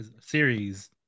series